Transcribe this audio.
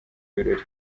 birori